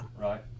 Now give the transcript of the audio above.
Right